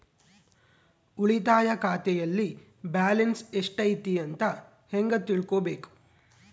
ಉಳಿತಾಯ ಖಾತೆಯಲ್ಲಿ ಬ್ಯಾಲೆನ್ಸ್ ಎಷ್ಟೈತಿ ಅಂತ ಹೆಂಗ ತಿಳ್ಕೊಬೇಕು?